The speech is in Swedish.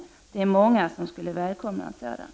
Det är många som skulle välkomna en sådan.